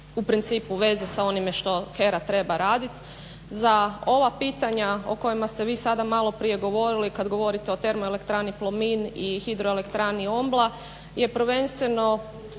u principu veze sa onime što HERA treba raditi. Za ova pitanja o kojima ste vi sada maloprije govorili kad govorite o termoelektrani Plomin i hidroelektrani OMBLA je prvenstveno